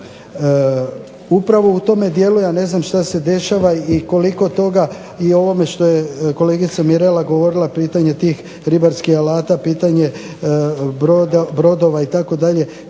Upravo u tome dijelu ja ne znam šta se dešava i koliko toga i o ovome što je kolegica Mirela govorila pitanje tih ribarskih alata, pitanje brodova itd.